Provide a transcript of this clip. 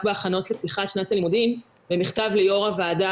בהכנות לפתיחת שנת הלימודים במכתב ליו"ר הוועדה,